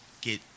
get